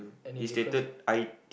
any difference